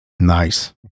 Nice